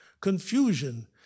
confusion